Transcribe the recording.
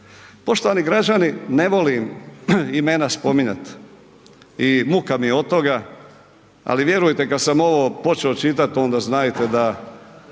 Poštovani građani ne volim imena spominjat i muka mi je od toga, ali vjerujte kad sam ovo počeo čitati onda znajte da